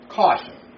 caution